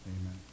Amen